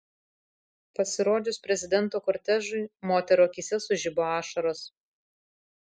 pasirodžius prezidento kortežui moterų akyse sužibo ašaros